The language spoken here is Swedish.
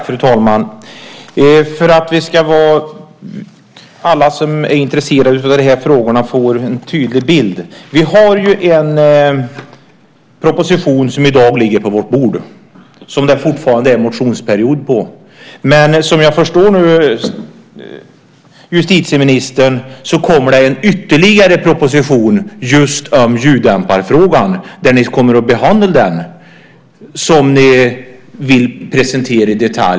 Fru talman! För att alla som är intresserade av de här frågorna ska få en tydlig bild vill jag säga att det ligger en proposition på vårt bord i dag. Det är fortfarande motionsperiod på den. Men som jag förstod justitieministern nu kommer det ytterligare en proposition just om ljuddämparfrågan där ni kommer att behandla den i detalj.